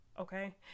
Okay